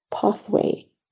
pathway